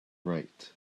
right